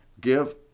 give